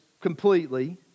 completely